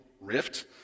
rift